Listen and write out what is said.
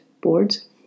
boards